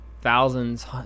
thousands